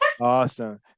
Awesome